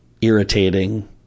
irritating